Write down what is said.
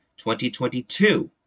2022